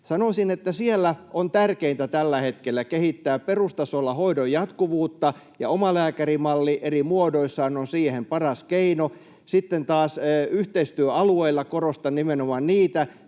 Sanoisin, että siellä on tärkeintä tällä hetkellä kehittää perustasolla hoidon jatkuvuutta, ja omalääkärimalli eri muodoissaan on siihen paras keino. Sitten taas yhteistyöalueilla — korostan nimenomaan niitä: